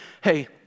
hey